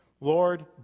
Lord